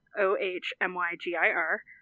O-H-M-Y-G-I-R